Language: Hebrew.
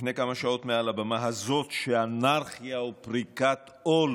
לפני כמה שעות מעל הבמה הזאת שאנרכיה ופריקת עול